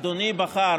אדוני בחר